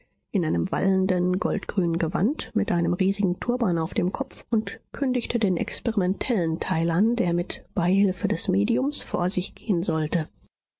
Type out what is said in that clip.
in einem wallenden goldgrünen gewand mit einem riesigen turban auf dem kopf und kündigte den experimentellen teil an der mit beihilfe des mediums vor sich gehen sollte